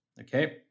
Okay